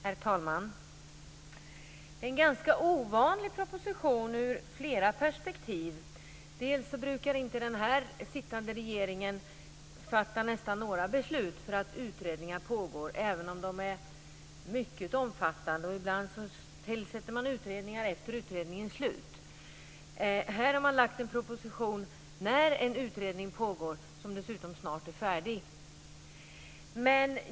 Herr talman! Detta är en ganska ovanlig proposition ur flera perspektiv. Till att börja med brukar den nu sittande regeringen knappast fatta några beslut medan utredningar pågår, även om de är mycket omfattande, och ibland tillsätter man utredningar efter utredningens slut. Här har man lagt fram en proposition medan det pågår en utredning som dessutom snart är färdig.